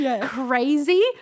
crazy